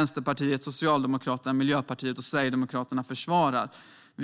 Vänsterpartiet, Socialdemokraterna, Miljöpartiet och Sverigedemokraterna försvarar alltså detta system.